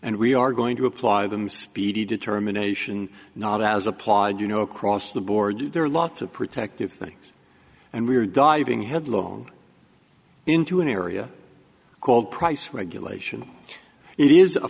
and we are going to apply them speedy determination not as applied you know across the board there are lots of protective things and we're diving headlong into an area called price regulation it is a